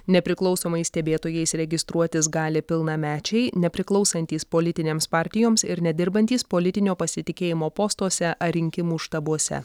nepriklausomais stebėtojais registruotis gali pilnamečiai nepriklausantys politinėms partijoms ir nedirbantys politinio pasitikėjimo postuose ar rinkimų štabuose